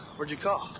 where'd you call?